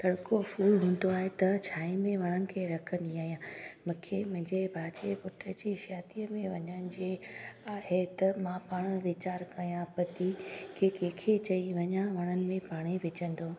तड़िको फुल हूंदो आहे त छांव में वणनि खे रखंदी आहियां मूंखे मुंहिंजे भाउ जे पुटु जी शादीअ में वञण जे आहे त मां पाण वीचारु कयां थी की कंहिंखें चई वञा वणनि में पाणी विझंदो